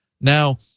Now